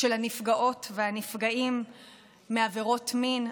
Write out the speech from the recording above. של הנפגעות והנפגעים מעבירות מין,